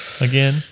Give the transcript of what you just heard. Again